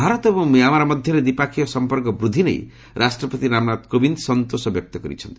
ଭାରତ ଏବଂ ମିଆଁମାର ମଧ୍ୟରେ ଦ୍ୱିପାକ୍ଷିକ ସଂପର୍କ ବୃଦ୍ଧି ନେଇ ରାଷ୍ଟ୍ରପତି ରାମନାଥ କୋବିନ୍ଦ ସନ୍ତୋଷ ବ୍ୟକ୍ତ କରିଛନ୍ତି